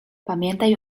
pamiętaj